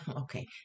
Okay